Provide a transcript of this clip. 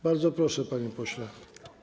Bardzo proszę, panie pośle.